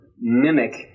mimic